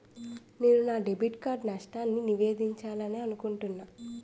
నేను నా debit card నష్టాన్ని నివేదించాలనుకుంటున్నాను